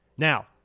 Now